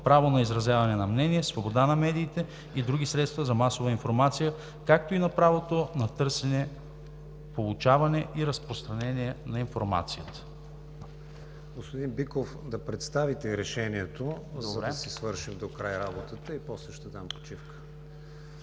право на изразяване на мнение, свобода на медиите и другите средства за масова информация, както и на правото на търсене, получаване и разпространяване на информация.“ ПРЕДСЕДАТЕЛ КРИСТИАН ВИГЕНИН: Господин Биков, да представите и решението, за да си свършите докрай работата и после ще дам почивка.